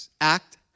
act